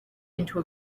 into